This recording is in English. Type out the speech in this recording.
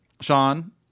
Sean